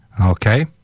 Okay